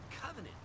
covenant